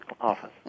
office